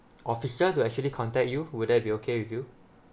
officer to actually contact you would that be okay with you